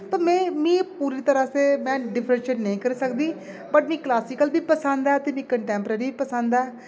में मीं पूरी तरहां कन्नै में डिफ्रंशेट निं करी सकदी बट्ट मीं क्लासिकल बी पसंद ऐ ते मिगी कंटैंप्रेरी बी पसंद ऐ